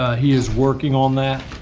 ah he is working on that.